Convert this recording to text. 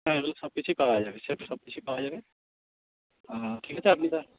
হ্যাঁ এগুলো সবকিছুই পাওয়া যাবে সেটা সবকিছুই পাওয়া যাবে ঠিক আছে আপনি তাহলে